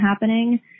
happening